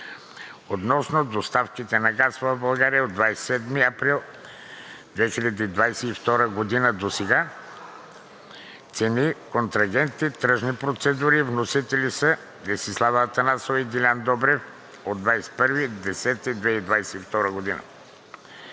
относно доставките на газ в България от 27 април 2022 г. досега – цени, контрагенти, тръжни процедури. Вносители – Десислава Атанасова и Делян Добрев, 21 октомври 2022 г.